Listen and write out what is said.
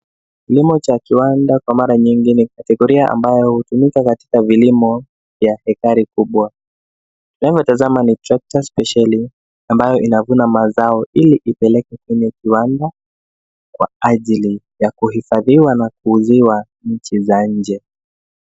Kilimo cha kiwanda kwa mara nyingi ni kategoria ambayo hutumika katika vilimo vya ekari kubwa. Unayotazama ni trekta spesheli ambayo inavuna mazao ili ipeleke kwenye kiwanda kwa ajili ya kuhifadhiwa na kuuziwa nchi za nje.